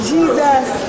Jesus